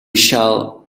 shall